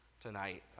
tonight